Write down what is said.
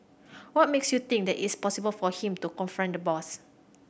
what makes you think that it's possible for him to confront the boss